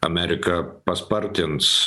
amerika paspartins